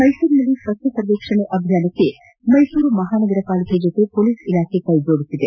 ಮೈಸೂರಿನಲ್ಲಿ ಸ್ವಜ್ಞ ಸರ್ವೇಕ್ಷಣ ಅಭಿಯಾನಕ್ಕೆ ಮೈಸೂರು ಮಹಾನಗರ ಪಾಲಿಕೆ ಜತೆ ಪೊಲೀಸ್ ಇಲಾಖೆ ಕೈ ಜೋಡಿಸಿದೆ